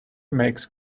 makes